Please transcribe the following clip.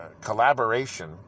collaboration